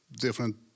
different